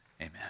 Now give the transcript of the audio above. Amen